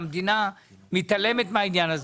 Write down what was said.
שהמדינה חושבת שכדאי לעניין משקיעים.